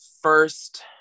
first